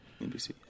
NBC